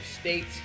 state's